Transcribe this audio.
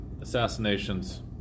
assassinations